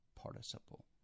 participle